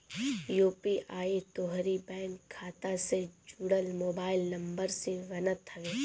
UPI तोहरी bank खाता से जुड़ल मोबाइल नंबर से बनत हवे